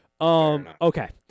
Okay